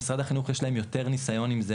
משרד החינוך יש להם יותר ניסיון עם זה